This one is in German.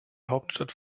hauptstadt